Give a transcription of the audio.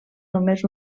només